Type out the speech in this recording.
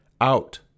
out